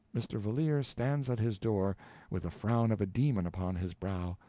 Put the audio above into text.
mr. valeer stands at his door with the frown of a demon upon his brow,